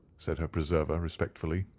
said her preserver, respectfully.